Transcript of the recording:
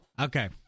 Okay